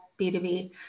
B2B